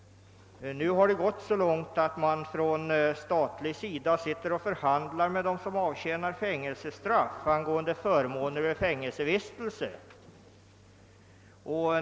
Det har ju gått så långt att man på statligt håll nu förhandlar med personer, som avtjänar fängelsestraff, angående förmåner vid fängelsevistelse.